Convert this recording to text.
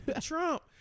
Trump